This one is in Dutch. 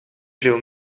viel